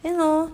then hor